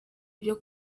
ibyo